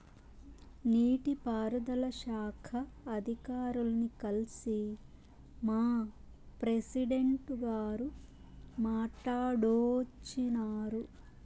నీటి పారుదల శాఖ అధికారుల్ని కల్సి మా ప్రెసిడెంటు గారు మాట్టాడోచ్చినారు